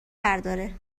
برداره